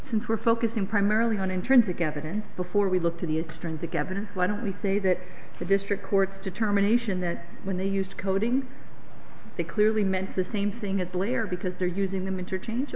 since we're focusing primarily on intrinsic evidence before we look to the extreme togetherness why don't we say that to district court determination that when they used coding they clearly meant the same thing at blair because they're using them interchange